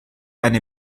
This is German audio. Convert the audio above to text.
eine